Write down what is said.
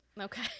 Okay